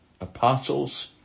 apostles